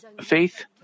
faith